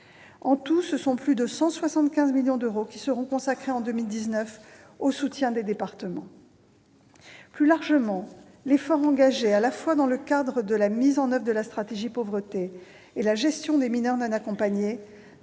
En tout, ce sont plus de 175 millions d'euros qui seront consacrés, en 2019, au soutien des départements. Plus largement, l'effort engagé à la fois dans le cadre de la stratégie Pauvreté et pour la gestion des mineurs non accompagnés